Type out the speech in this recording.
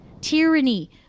tyranny